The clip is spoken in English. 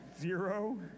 zero